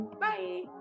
Bye